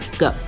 go